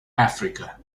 africa